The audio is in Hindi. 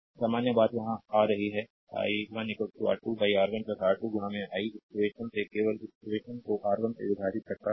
समान बात यहाँ आ रही है i1 R2 R1 R2 I इस इक्वेशन से केवल इस इक्वेशन को R1 से विभाजित करता हूँ